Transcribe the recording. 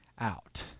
out